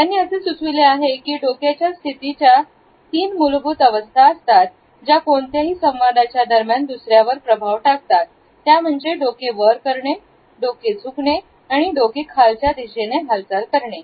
त्याने असे सुचविले आहे की डोक्याच्या स्थितीच्या तीन मूलभूत अवस्था असतात ज्या कोणत्याही संवादाचा दरम्यान दुसऱ्यावर प्रभाव टाकतात त्या म्हणजे डोके वर करणे डोके झुकणे आणि डोक्याची खालच्या दिशेने हालचाल करणे